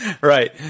Right